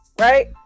Right